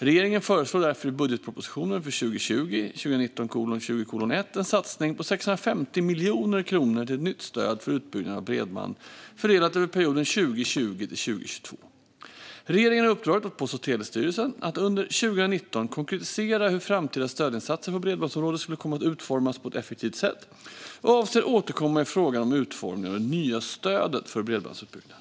Regeringen föreslår därför i budgetpropositionen för 2020 en satsning på 650 miljoner kronor till ett nytt stöd för utbyggnad av bredband fördelat över perioden 2020-2022. Regeringen har uppdragit åt Post och telestyrelsen att under 2019 konkretisera hur framtida stödinsatser på bredbandsområdet skulle kunna utformas på ett effektivt sätt och avser att återkomma i frågan om utformningen av det nya stödet till bredbandsutbyggnad.